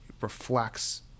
reflects